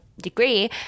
degree